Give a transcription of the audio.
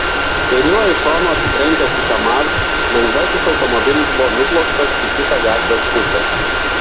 kairiuoju šonu atsitrenkęs į kamaz lengvasis automobilis buvo nublokštas į kitą gatvės pusę